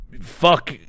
fuck